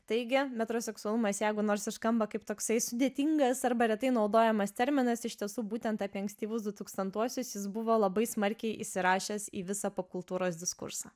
taigi metro seksualumas jeigu nors ir skamba kaip toksai sudėtingas arba retai naudojamas terminas iš tiesų būtent apie ankstyvus du tūkstantuosius jis buvo labai smarkiai įsirašęs į visą popkultūros diskursą